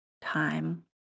time